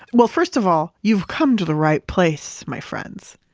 well first of all, you've come to the right place my friends.